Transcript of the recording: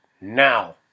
now